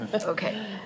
Okay